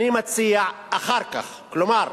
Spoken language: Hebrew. אני מציע, אחר כך, כלומר,